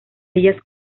ellas